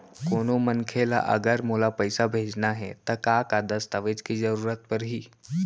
कोनो मनखे ला अगर मोला पइसा भेजना हे ता का का दस्तावेज के जरूरत परही??